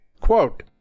Quote